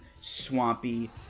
swampy